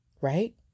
right